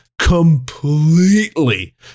completely